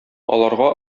аларга